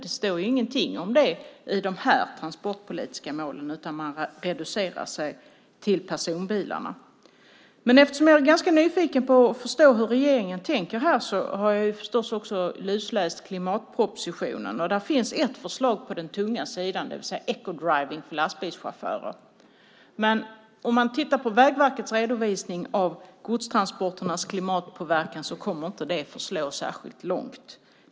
Det står ingenting om det i de här transportpolitiska målen, utan man reducerar detta till personbilarna. Eftersom jag är ganska nyfiken på att förstå hur regeringen tänker här har jag förstås också lusläst klimatpropositionen. Där finns ett förslag på den tunga sidan, det vill säga ecodriving för lastbilschaufförer. Men om man tittar på Vägverkets redovisning av godstransporternas klimatpåverkan ser man att det inte kommer att förslå särskilt långt.